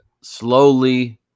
slowly